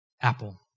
Apple